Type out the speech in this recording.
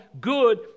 good